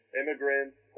immigrants